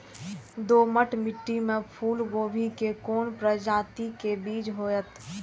दोमट मिट्टी में फूल गोभी के कोन प्रजाति के बीज होयत?